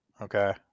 Okay